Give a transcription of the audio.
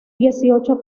dieciocho